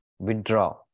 Withdraw